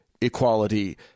equality